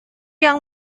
yang